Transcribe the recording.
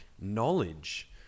knowledge